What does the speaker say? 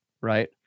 right